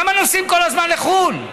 על למה נוסעים כל הזמן לחו"ל?